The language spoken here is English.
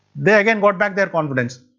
they again got back their confidence.